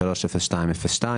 33-02-02